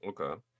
Okay